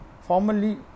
formerly